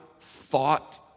thought